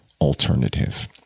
alternative